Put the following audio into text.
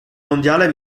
mondiale